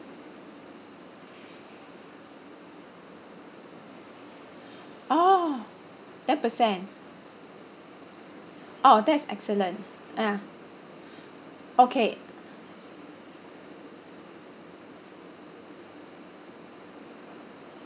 oh ten percent oh that is excellent ya okay